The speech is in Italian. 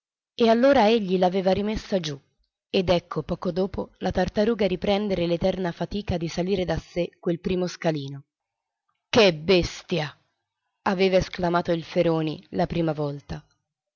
e allora egli l'aveva rimessa giù ed ecco poco dopo la tartaruga riprender l'eterna fatica di salir da sé quel primo scalino che bestia aveva esclamato il feroni la prima volta